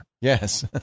Yes